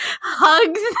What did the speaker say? hugs